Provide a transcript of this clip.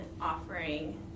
offering